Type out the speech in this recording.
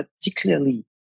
particularly